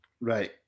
Right